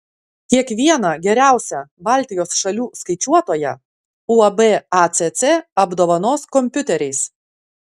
kiekvieną geriausią baltijos šalių skaičiuotoją uab acc apdovanos kompiuteriais